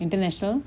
international